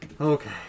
okay